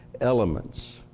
elements